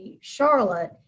Charlotte